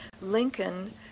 Lincoln